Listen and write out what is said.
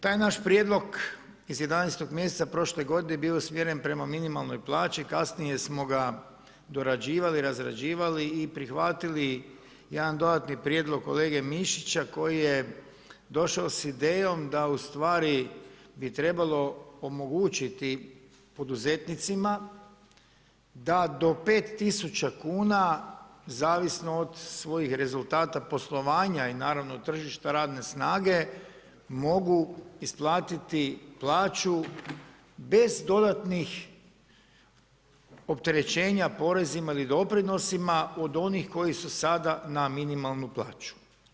Taj naš prijedlog iz 11. mj. prošle godine bio je usmjeren prema minimalnoj plaći, kasnije smo ga dorađivali, uređivali i prihvatili jedan dodatni prijedlog kolege Mišića koji je došao sa idejom da ustvari bi trebalo omogućiti poduzetnicima da do 5000 kn, zavisno od svojih rezultata poslovanja i naravno tržišta radne snage, mogu isplatiti plaću bez dodatnih opterećenja porezima ili doprinosima od onih koji su sada na minimalnu plaću.